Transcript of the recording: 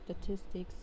statistics